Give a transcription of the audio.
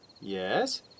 Yes